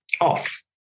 off